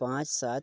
ᱯᱟᱸᱪ ᱥᱟᱛ